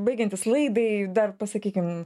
baigiantis laidai dar pasakykim